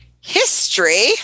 history